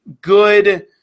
good